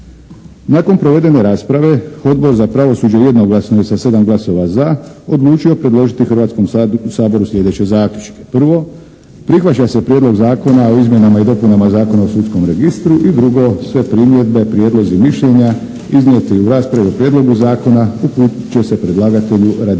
Nakon provedene rasprave Odbor za pravosuđe jednoglasno je sa 7 glasova za odlučio predložiti Hrvatskom saboru slijedeće zaključke. Prvo, prihvaća se Prijedlog zakona o izmjenama i dopunama Zakona o sudskom registru. I drugo, sve primjedbe, prijedlozi i mišljenja iznijeti u raspravi o prijedlogu zakona uputit će se predlagatelju radi izrade